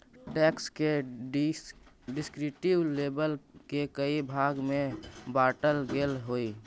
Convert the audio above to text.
tax के descriptive label के कई भाग में बांटल गेल हई